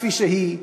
כפי שהיא,